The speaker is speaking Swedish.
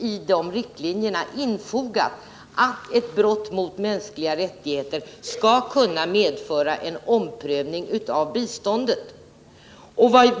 I de riktlinjerna ingick att ett brott mot mänskliga rättigheter skall kunna medföra en omprövning av biståndet.